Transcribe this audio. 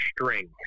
string